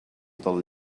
del